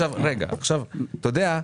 אתה יודע,